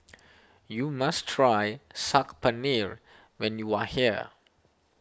you must try Saag Paneer when you are here